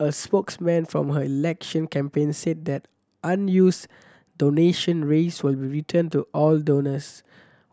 a spokesman from her election campaign said that an use donation raise will be returned to all donors